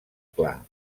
clar